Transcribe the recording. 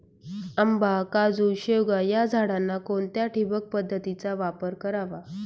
आंबा, काजू, शेवगा या झाडांना कोणत्या ठिबक पद्धतीचा वापर करावा?